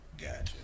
Gotcha